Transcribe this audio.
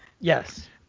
Yes